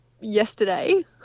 yesterday